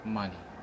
money